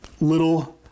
little